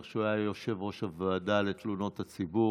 שהוא היה יושב-ראש הוועדה לתלונות הציבור.